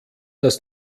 das